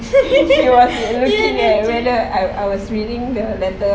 he was looking eh whether I was reading the letter